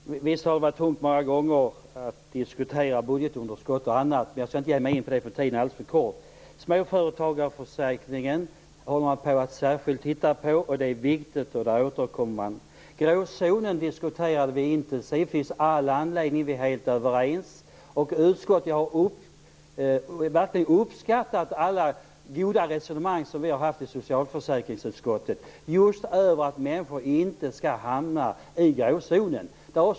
Fru talman! Visst har det varit tungt många gånger att diskutera budgetunderskott och annat. Men jag skall inte ge mig in på det, för tiden är alldeles för kort. Småföretagarförsäkringen håller man på att särskilt titta på. Den är viktig, och den återkommer man till. Gråzonen diskuterade vi intensivt. Det finns all anledning. Vi är helt överens. I Socialförsäkringsutskottet har vi verkligen uppskattat alla goda resonemang som vi har haft just om att människor inte skall hamna i gråzonen.